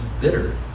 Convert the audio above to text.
bitter